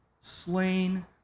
slain